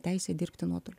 teisė dirbti nuotoliu